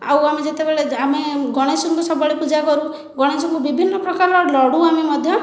ଆଉ ଆମେ ଯେତେବେଳେ ଆମେ ଗଣେଶଙ୍କୁ ସବୁବେଳେ ପୂଜା କରୁ ଗଣେଶଙ୍କୁ ବିଭିନ୍ନ ପ୍ରକାର ଲଡ଼ୁ ଆମେ ମଧ୍ୟ